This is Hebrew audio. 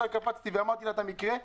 ישר קפצתי ואמרתי לה את המקרה.